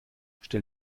stell